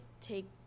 take